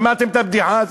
שמעתם את הבדיחה הזאת?